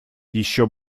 еще